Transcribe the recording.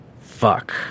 fuck